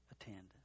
attendant